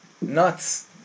Nuts